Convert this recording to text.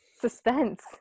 Suspense